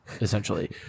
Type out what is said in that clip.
essentially